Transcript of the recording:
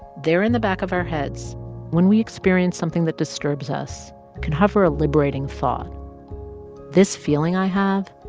there in the back of our heads when we experience something that disturbs us can hover a liberating thought this feeling i have,